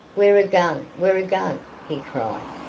where a gun, where a gun? he cried.